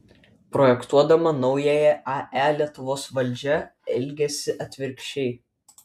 projektuodama naująją ae lietuvos valdžia elgiasi atvirkščiai